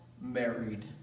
married